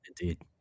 Indeed